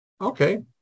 Okay